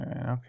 Okay